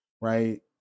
right